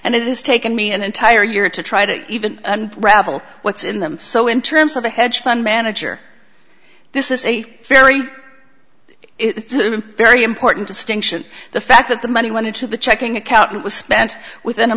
and it is taken me an entire year to try to even ravel what's in them so in terms of the hedge fund manager this is a very it's a very important distinction the fact that the money went into the checking account it was spent within a